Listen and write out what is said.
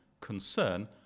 concern